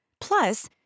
Plus